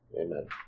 Amen